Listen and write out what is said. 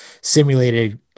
simulated